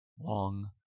long